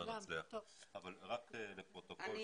לא שומעים אותה, אבל רק לפרוטוקול,